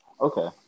Okay